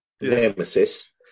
nemesis